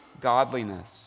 godliness